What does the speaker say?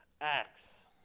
Acts